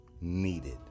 needed